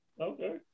Okay